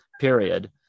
period